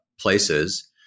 places